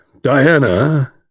Diana